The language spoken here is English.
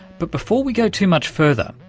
but before we go too much further,